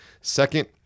Second